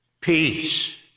Peace